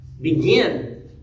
begin